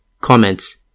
Comments